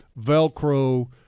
Velcro